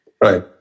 Right